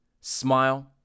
Smile